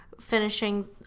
finishing